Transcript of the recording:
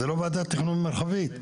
זו לא ועדת תכנון מרחבית,